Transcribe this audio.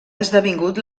esdevingut